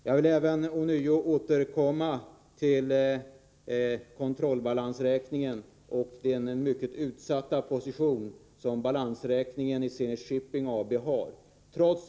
Jag återkommer till kontrollbalansräkningen och den mycket utsatta situationen med tanke på Zenit Shipping AB:s balansräkning.